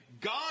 God